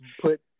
put